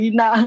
na